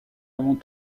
avant